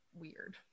weird